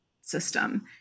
system